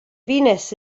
venus